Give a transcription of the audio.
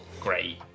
Great